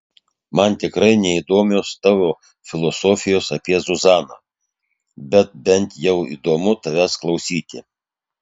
man tikrai neįdomios tavo filosofijos apie zuzaną bet bent jau įdomu tavęs klausyti